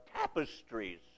tapestries